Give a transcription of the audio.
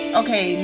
okay